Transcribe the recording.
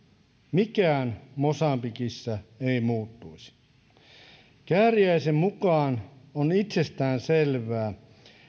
mikään mosambikissa ei muuttuisi kääriäisen mukaan on itsestäänselvää